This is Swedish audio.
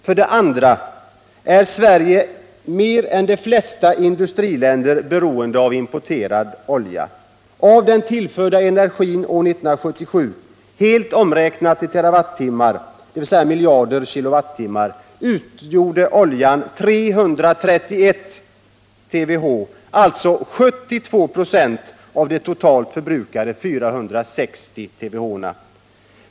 För det andra är Sverige mer än de flesta industriländer beroende av importerad olja. Av den tillförda energin år 1977, helt omräknad till terawattimmar, dvs. miljarder kilowattimmar, utgjorde oljan 331 TWh, alltså 72 96 av totalt 460 TWh.